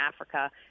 Africa